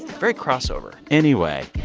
very crossover anyway,